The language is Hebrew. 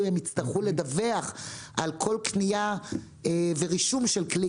הם יצטרכו לדווח על כל קנייה ורישום של כלי,